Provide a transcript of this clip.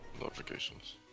Notifications